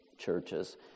churches